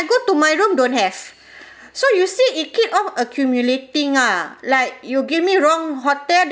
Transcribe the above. go to my room don't have so you see it keep on accumulating ah like you give me wrong hotel then